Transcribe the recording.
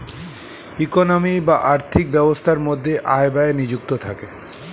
economy বা আর্থিক ব্যবস্থার মধ্যে আয় ব্যয় নিযুক্ত থাকে